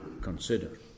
consider